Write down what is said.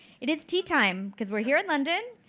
it is tea time, because we're here in london.